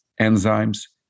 Enzymes